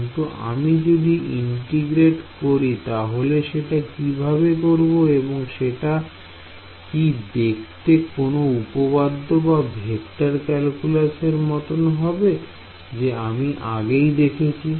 কিন্তু আমি যদি ইন্টিগ্রেট করি তাহলে সেটা কিভাবে করব এবং সেটা কি দেখতে কোন উপপাদ্য বা ভেক্টর ক্যালকুলাসের মতন হবে যে আমি আগেই দেখেছি